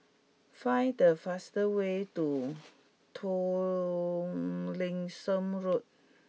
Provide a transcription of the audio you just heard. find the fast way to Tomlinson Road